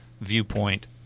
viewpoint